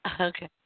Okay